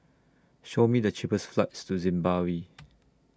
Show Me The cheapest flights to Zimbabwe